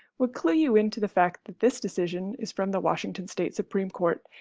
would clue you into the fact that this decision is from the washington state supreme court,